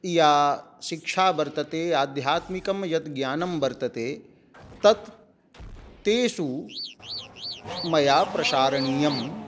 या शिक्षा वर्तते आध्यात्मिकं यत् ज्ञानं वर्तते तत् तेषु मया प्रसारणीयं